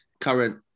current